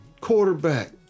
quarterback